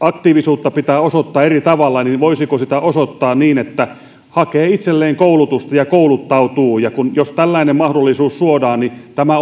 aktiivisuutta pitää osoittaa eri tavalla voisiko sitä osoittaa niin että hakee itselleen koulutusta ja kouluttautuu jos tällainen mahdollisuus suodaan niin tämä